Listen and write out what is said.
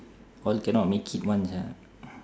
all cannot make it [one] sia